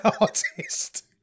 artist